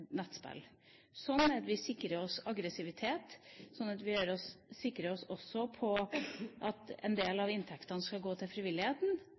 nettspill. Sånn er det vi sikrer oss mot aggressivitet, og vi sikrer oss også at en del av inntektene går til frivilligheten.